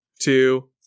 two